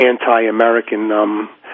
anti-American